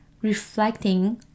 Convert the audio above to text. reflecting